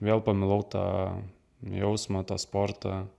vėl pamilau tą jausmą tą sportą